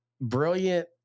brilliant